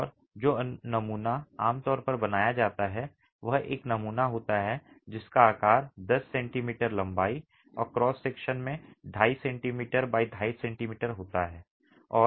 और जो नमूना आम तौर पर बनाया जाता है वह एक नमूना होता है जिसका आकार 10 सेमी लंबाई और क्रॉस सेक्शन में 25 सेमी x 25 सेमी होता है